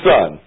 Son